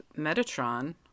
Metatron